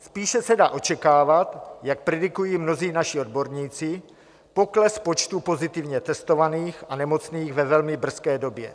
Spíše se dá očekávat, jak predikují mnozí naši odborníci, pokles počtu pozitivně testovaných a nemocných ve velmi brzké době.